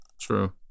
true